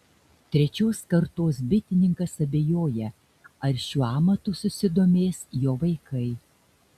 trečios kartos bitininkas abejoja ar šiuo amatu susidomės jo vaikai